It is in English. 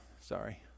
Sorry